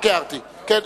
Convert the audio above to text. רק הערתי.